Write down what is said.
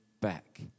back